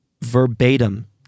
verbatim